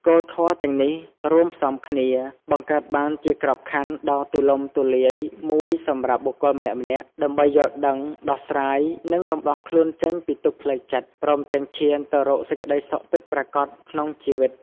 គោលធម៌ទាំងនេះរួមផ្សំគ្នា បង្កើតបានជាក្របខ័ណ្ឌដ៏ទូលំទូលាយមួយសម្រាប់បុគ្គលម្នាក់ៗដើម្បីយល់ដឹង ដោះស្រាយ និងរំដោះខ្លួនចេញពីទុក្ខផ្លូវចិត្ត ព្រមទាំងឈានទៅរកសេចក្តីសុខពិតប្រាកដក្នុងជីវិត។